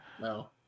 No